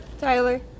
Tyler